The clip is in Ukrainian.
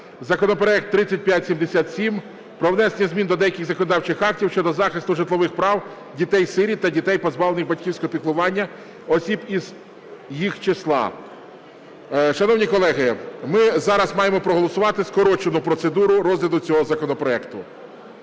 Законопроект 3577 про внесення змін до деяких законодавчих актів щодо захисту житлових прав дітей-сиріт та дітей, позбавлених батьківського піклування, осіб з їх числа. Шановні колеги, ми зараз маємо проголосувати скорочену процедуру розгляду цього законопроекту.